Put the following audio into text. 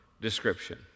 description